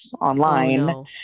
online